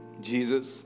Jesus